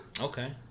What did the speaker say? okay